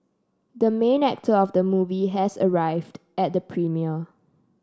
the main actor of the movie has arrived at the premiere